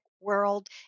world